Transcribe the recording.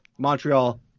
Montreal